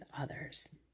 others